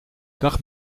dag